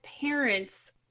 parents